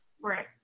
Right